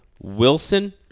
Wilson